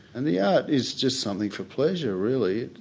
and the art is just something for pleasure really,